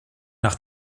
nach